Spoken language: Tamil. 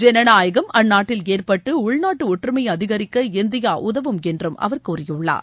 ஜனநாயகம் அந்நாட்டில் ஏற்பட்டு உள்நாட்டு ஒற்றுமை அதிகரிக்க இந்தியா உதவும் என்று அவர் கூறியுள்ளார்